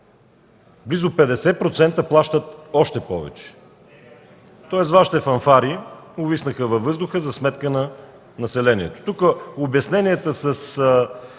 близо 50% плащат още повече. Тоест Вашите фанфари увиснаха във въздуха за сметка на населението. Тук обясненията с